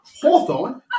Hawthorne